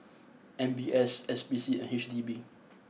M B S S P C and H D B